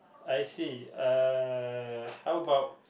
I see uh how about